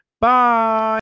Bye